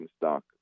stock